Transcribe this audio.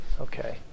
Okay